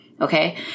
Okay